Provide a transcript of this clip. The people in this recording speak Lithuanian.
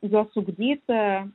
juos ugdyti